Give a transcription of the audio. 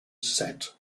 set